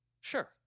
sure